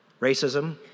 racism